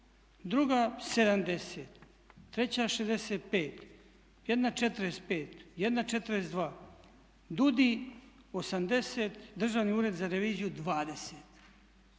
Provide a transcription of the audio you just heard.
Druga 70, treća 65, jedna 45, jedna 42, DUUDI 80, Državni ured za reviziju 20.